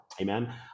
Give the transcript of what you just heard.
amen